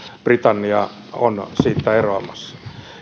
britannia on siitä eroamassa